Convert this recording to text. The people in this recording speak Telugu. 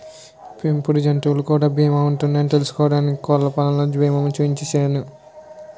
పెంపుడు జంతువులకు కూడా బీమా ఉంటదని తెలుసుకుని కోళ్ళపాం కి బీమా చేయించిసేను